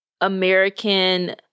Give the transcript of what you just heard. American